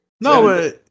No